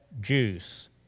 juice